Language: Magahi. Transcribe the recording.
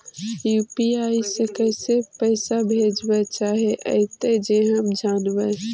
यु.पी.आई से कैसे पैसा भेजबय चाहें अइतय जे हम जानबय?